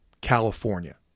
California